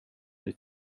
ditt